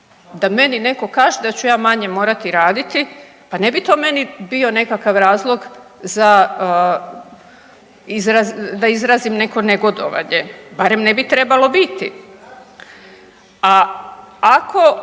Da meni netko kaže da ću ja manje morati raditi pa ne bi meni to bio nekakav razlog za izraz, da izrazim neko negodovanje, barem ne bi trebalo biti.